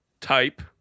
type